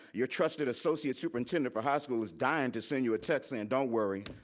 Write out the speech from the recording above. your trusted associate superintendent for high schools is dying to send you a text. and don't worry.